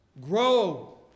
grow